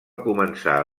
començar